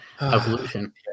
evolution